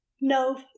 No